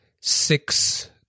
six